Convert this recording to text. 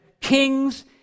kings